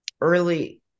early